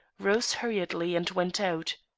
rose hurriedly and went out.